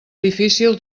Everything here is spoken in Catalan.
difícil